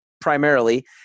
primarily